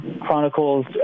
chronicles